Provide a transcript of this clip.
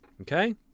Okay